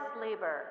labor